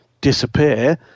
disappear